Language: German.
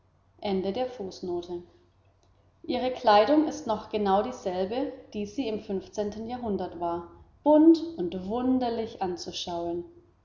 ihre kleidung ist noch genau dieselbe die sie im fünfzehnten jahrhundert war bunt und wunderlich anzuschauen